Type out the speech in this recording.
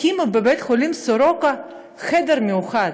הקימו בבית-חולים "סורוקה" חדר מיוחד,